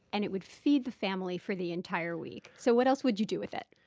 and it would feed the family for the entire week. so what else would you do with it?